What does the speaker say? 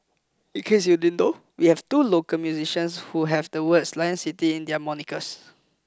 in case you didn't know we have two local musicians who have the words 'Lion City' in their monikers